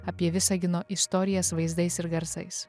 apie visagino istorijas vaizdais ir garsais